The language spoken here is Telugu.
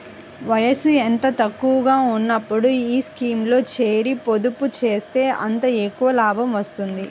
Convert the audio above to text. వయసు ఎంత తక్కువగా ఉన్నప్పుడు ఈ స్కీమ్లో చేరి, పొదుపు చేస్తే అంత ఎక్కువ లాభం వస్తుంది